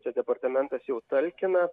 čia departamentas jau talkina